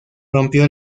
rompió